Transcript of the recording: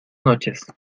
noches